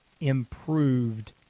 improved